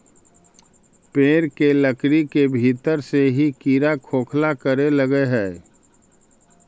पेड़ के लकड़ी के भीतर से ही कीड़ा खोखला करे लगऽ हई